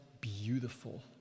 beautiful